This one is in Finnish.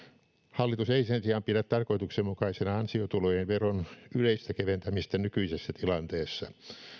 hallitus ei sen sijaan pidä tarkoituksenmukaisena ansiotulojen veron yleistä keventämistä nykyisessä tilanteessa